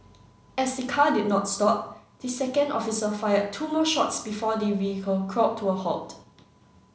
as the car did not stop the second officer fired two more shots before the vehicle crawled to a halt